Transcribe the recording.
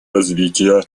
развития